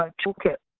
ah toolkit.